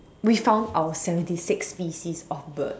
we found our seventy sixth species of bird